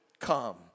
come